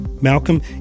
Malcolm